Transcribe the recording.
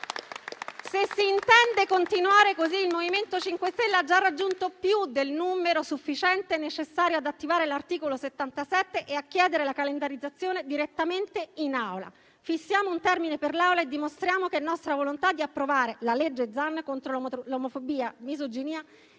Se si intende continuare così, il MoVimento 5 Stelle ha già raggiunto più del numero sufficiente ad attivare l'articolo 77 e a chiedere la calendarizzazione direttamente in Aula. Fissiamo un termine per l'Aula e dimostriamo che la nostra volontà di approvare la legge Zan contro omofobia, misoginia